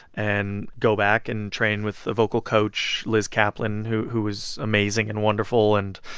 and go back and train with a vocal coach, liz caplan, who who was amazing and wonderful, and,